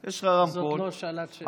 יש לך רמקול, זאת לא שעת שאלות.